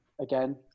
Again